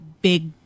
big